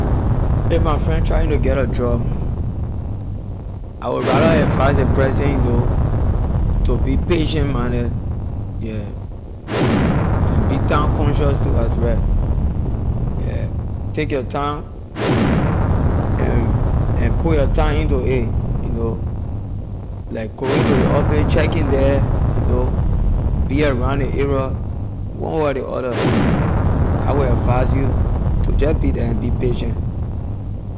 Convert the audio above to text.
If my friend trying to get a job I will rather advise ley person you know to be patient minded yeah and be time cautious too as well yeah take your time and and put your time into a you know like going to ley office checking the you know be around ley area one way or ley other I will advise you to jeh be the and be patient.